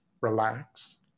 relax